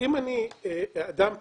אם אני אדם פרטי,